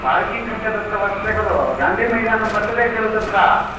parking कृते तत्र वर्तते खलु गान्धीमैदानं वर्तते खलु तत्र